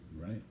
Right